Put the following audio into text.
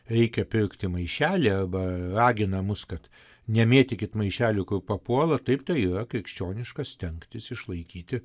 reikia pirkti maišelį arba ragina mus kad nemėtykit maišelių kur papuola taip tai yra krikščioniška stengtis išlaikyti